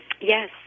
Yes